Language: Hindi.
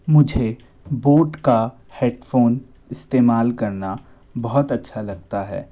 मुझे बोट का हेडफ़ोन इस्तेमाल करना बहुत अच्छा लगता है